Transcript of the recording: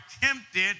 tempted